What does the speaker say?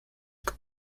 que